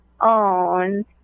own